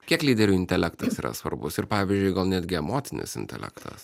kiek lyderių intelektas yra svarbus ir pavyzdžiui gal netgi emocinis intelektas